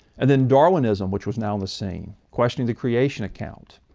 and then darwinism which was now on the scene, questioning the creation account.